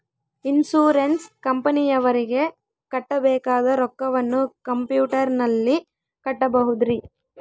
Insurance ಕಂಪನಿಯವರಿಗೆ ಕಟ್ಟಬೇಕಾದ ರೊಕ್ಕವನ್ನು ಕಂಪ್ಯೂಟರನಲ್ಲಿ ಕಟ್ಟಬಹುದ್ರಿ?